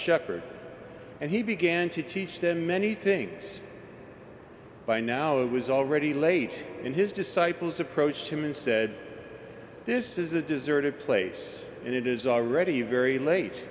shepherd and he began to teach them anything by now it was already late in his disciples approached him and said this is a deserted place and it is already very late